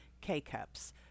K-cups